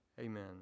Amen